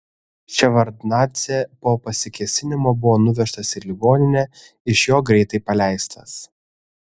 ševardnadzė po pasikėsinimo buvo nuvežtas į ligoninę iš jo greitai paleistas